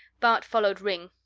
bart followed ringg.